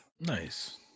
Nice